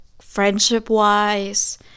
friendship-wise